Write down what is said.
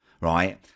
right